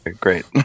great